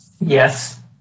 Yes